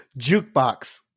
Jukebox